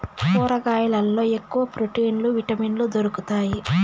కూరగాయల్లో ఎక్కువ ప్రోటీన్లు విటమిన్లు దొరుకుతాయి